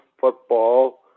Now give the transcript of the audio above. football